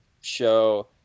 show